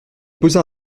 posa